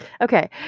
Okay